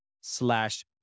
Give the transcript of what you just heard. slash